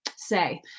say